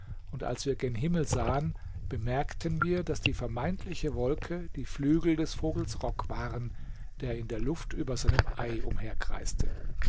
und als wir gen himmel sahen bemerkten wir daß die vermeintliche wolke die flügel des vogels rock waren der in der luft über seinem ei